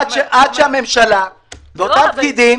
עד שהממשלה ואותם פקידים